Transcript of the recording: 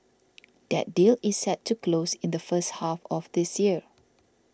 that deal is set to close in the first half of this year